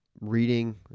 reading